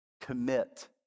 Commit